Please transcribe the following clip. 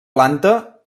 planta